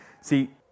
See